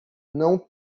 não